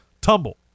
tumble